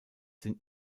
sind